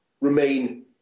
remain